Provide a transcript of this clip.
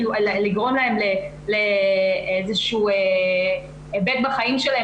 לגרום להם לאיזה שהוא היבט בחיים שלהם